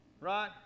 right